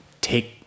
take